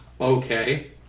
Okay